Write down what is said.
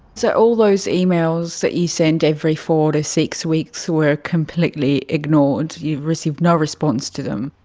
so all those emails that you sent every four to six weeks were completely ignored, you received no response to them?